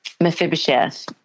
Mephibosheth